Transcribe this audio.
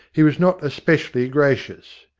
he was not especially gracious.